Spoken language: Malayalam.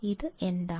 ഇത് എന്താണ്